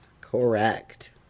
Correct